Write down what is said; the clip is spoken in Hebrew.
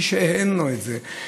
מי שאין לו את זה,